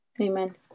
Amen